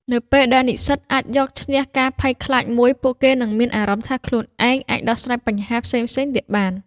នៅពេលដែលនិស្សិតអាចយកឈ្នះការភ័យខ្លាចមួយ ពួកគេនឹងមានអារម្មណ៍ថាខ្លួនឯងអាចដោះស្រាយបញ្ហាផ្សេងៗទៀតបាន។